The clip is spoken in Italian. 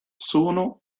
sono